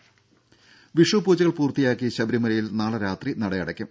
രുഭ വിഷു പൂജകൾ പൂർത്തിയാക്കി ശബരിമലയിൽ നാളെ രാത്രി നടയടയ്ക്കും